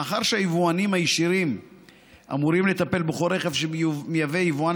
מאחר שהיבואנים הישירים אמורים לטפל בכל רכב שמייבא יבואן